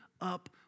up